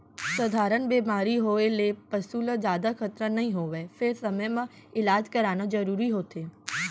सधारन बेमारी होए ले पसू ल जादा खतरा नइ होवय फेर समे म इलाज कराना जरूरी होथे